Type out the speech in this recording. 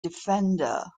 defender